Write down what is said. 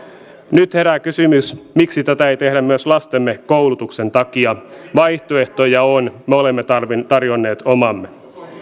nyt herää kysymys miksi tätä ei tehdä myös lastemme koulutuksen takia vaihtoehtoja on me olemme tarjonneet omamme